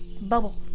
bubble